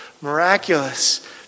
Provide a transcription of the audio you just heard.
Miraculous